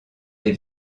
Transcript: des